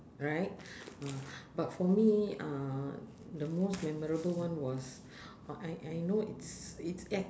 right mm but for me uh the most memorable one was uh I I know it's it's ac~